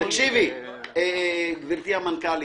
גברתי המנכ"לית,